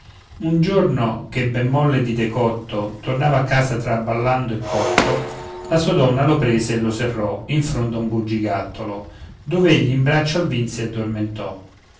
un giorno che ben molle di decotto tornava a casa traballando e cotto la sua donna lo prese e lo serrò in fondo a un bugigattolo dov'egli in braccio al vin si addormentò